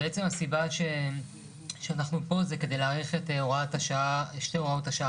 הסיבה שאנחנו פה היא כדי להאריך את שתי הוראות השעה